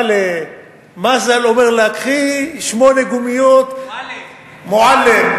בא למזל, אומר לה: קחי שמונה גומיות, מועלם.